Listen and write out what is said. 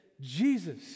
Jesus